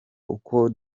uwo